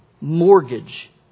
mortgage